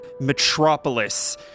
metropolis